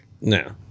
No